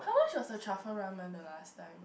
how much was the truffle ramen the last time